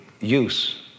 use